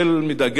דיסקין,